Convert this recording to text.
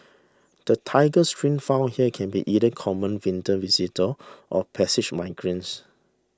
the Tiger Shrikes found here can be either common winter visitors or passage migrants